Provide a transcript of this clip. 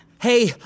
Hey